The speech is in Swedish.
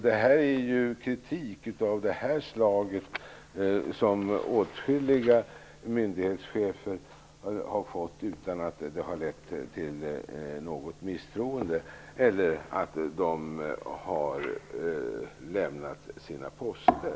Det handlar om kritik av det slag som åtskilliga myndighetschefer har fått utan att det har lett till något misstroende eller till att de har lämnat sina poster.